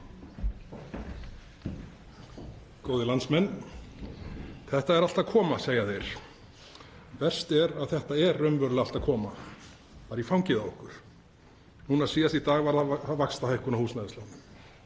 Góðir landsmenn. Þetta er allt að koma, segja þeir. Verst er að þetta er raunverulega allt að koma, bara í fangið á okkur. Núna síðast í dag var vaxtahækkun á húsnæðislánum.